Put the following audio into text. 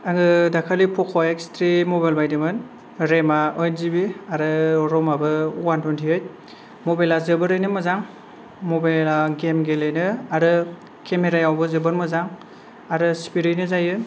आंङो दाखालि पक' एक्स थ्रि मबाइल बाइदों मोन रेम आ ओइट जिबि आरो रम आबो वान टुवेन्टि ओइट मबाइला जोबोरैनो मोजां मबाइला गेम गेलेनो आरो केमेरा यावबो जोबोद मोजां आरो स्पिडैनो जायो